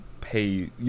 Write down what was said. pay